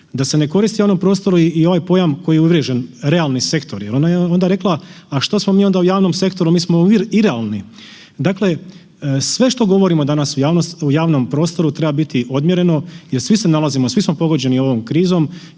da se ne koristi u onom prostoru i onaj pojam koji je uvriježen realni sektor jer ona je onda rekla, a što smo mi onda u javnom sektoru, mi smo irealni. Dakle, sve što govorimo danas u javnom prostoru treba biti odmjereno jer svi smo pogođeni ovom krizom